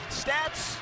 stats